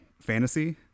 fantasy